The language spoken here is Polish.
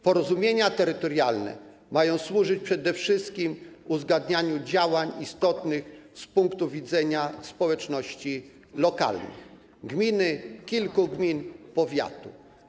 Porozumienia terytorialne mają służyć przede wszystkim uzgadnianiu działań istotnych z punktu widzenia społeczności lokalnych: gminy, kilku gmin, powiatu.